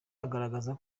agaragaza